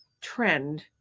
trend